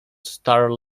star